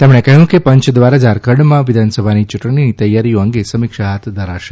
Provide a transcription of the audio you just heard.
તેમણે કહ્યું કે પંચ દ્વારા ઝારખંડમાં વિધાનસભાની ચૂંટણીની તૈયારીઓ અંગે સમીક્ષા હાથ ધરાશે